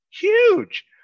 huge